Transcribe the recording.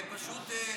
נתקבלה.